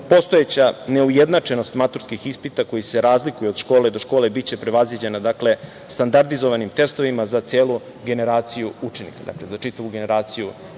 Postojeća neujednačenost maturskih ispita koji se razlikuju od škole do škole biće prevaziđena standardizovanim testovima za celu generaciju učenika, dakle, za čitavu generaciju učenika. Komisija